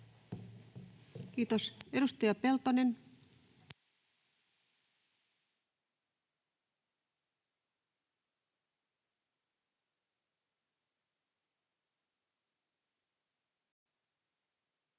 Kiitos. — Edustaja Peltonen.